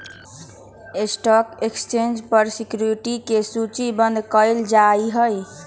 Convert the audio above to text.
stock exchange पर securities के सूचीबद्ध कयल जाहइ